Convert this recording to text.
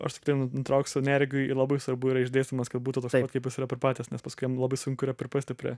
aš tiktai nu nutrauksiu neregiui labai svarbu yra išdėstymas kad būtų toksai kaip jis yra pripratęs nes paskui jam labai sunku yra priprasti prie